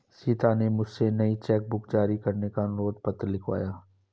सीता ने मुझसे नई चेक बुक जारी करने का अनुरोध पत्र लिखवाया